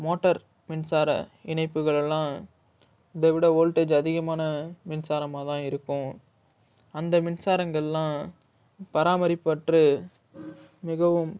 motor மின்சார இணைப்புகளெல்லாம் இதை விட வோல்டேஜ் அதிகமான மின்சாரமாகதான் இருக்கும் அந்த மின்சாரங்கள்லாம் பராமரிப்பற்று மிகவும்